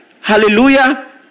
Hallelujah